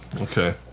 okay